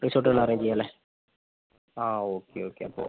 റിസോർട്ടുകൾ അറേഞ്ച് ചെയ്യാം അല്ലേ ആ ഓക്കെ ഓക്കെ അപ്പോൾ